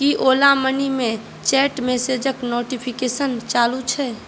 की ओला मनी मे चैट मैसेज क नोटिफिकेशन चालू छै